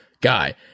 guy